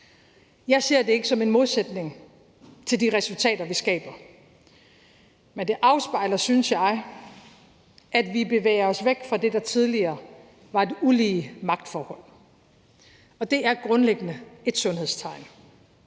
Jeg ser det ikke som en modsætning til de resultater, vi skaber, men det afspejler, synes jeg, at vi bevæger os væk fra det, der tidligere var et ulige magtforhold, og det er grundlæggende et sundhedstegn.